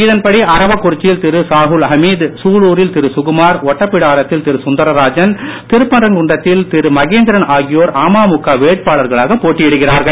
இதன்படி அரவக்குறிச்சியில் திரு சாகுல்ஹமீது சூலூரில் திரு சுகுமார் ஒட்டப்பிடாரத்தில் திரு சுந்தர்ராஜன் திருப்பரங்குன்றத்தில் திரு மகேந்திரன் ஆகியோர் அமமுக வேட்பாளர்களாக போட்டியிடுகிறார்கள்